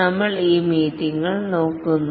നമ്മൾ ഈ മീറ്റിംഗുകൾ നോക്കുന്നു